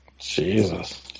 Jesus